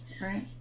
Right